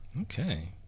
Okay